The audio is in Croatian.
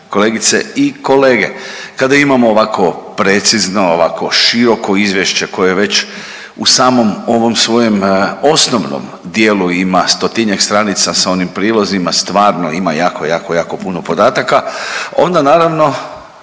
kolegice i kolege. Kada imamo ovako precizno, ovako široko izvješće koje već u samom ovom svojem osnovnom dijelu ima stotinjak stranica sa onim prilozima stvarno ima jako, jako, jako puno podataka. Onda naravno